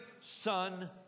Son